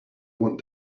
want